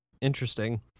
Interesting